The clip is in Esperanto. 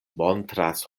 montras